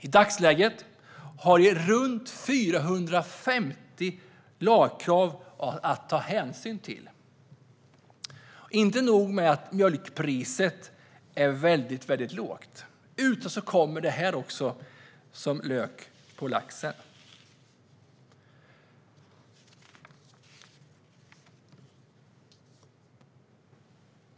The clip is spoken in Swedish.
I dagsläget har de runt 450 lagkrav att ta hänsyn till. Inte nog med att mjölkpriset är väldigt lågt, utan förutom det kommer det här som lök på laxen.